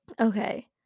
Okay